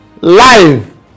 live